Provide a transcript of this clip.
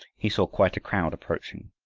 he saw quite a crowd approaching.